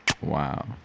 wow